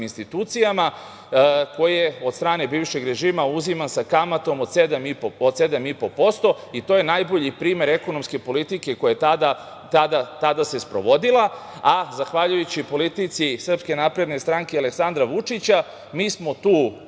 institucijama, a koji je od strane bivšeg režima uziman sa kamatom od 7,5%. To je najbolji primer ekonomske politike koja se tada sprovodila, a zahvaljujući politici SNS i Aleksandra Vučića mi smo tu